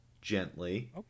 gently